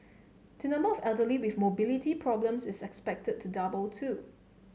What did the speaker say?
the number of elderly with mobility problems is expected to double too